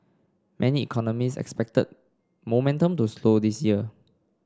many economists expected momentum to slow this year